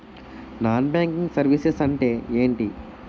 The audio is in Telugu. నాన్ బ్యాంకింగ్ సర్వీసెస్ అంటే ఎంటి?